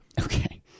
okay